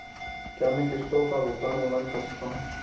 क्या मैं किश्तों का भुगतान ऑनलाइन कर सकता हूँ?